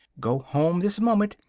go home this moment,